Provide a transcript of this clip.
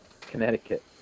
Connecticut